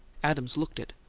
adams looked it.